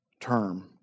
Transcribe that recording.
term